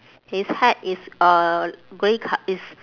his hat is uh grey co~ is